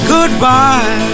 Goodbye